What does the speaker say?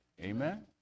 Amen